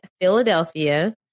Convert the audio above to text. Philadelphia